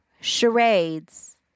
charades